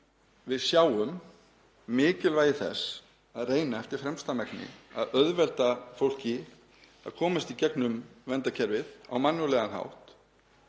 Við sjáum mikilvægi þess að reyna eftir fremsta megni að auðvelda fólki að komast í gegnum verndarkerfið á mannúðlegan hátt